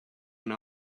went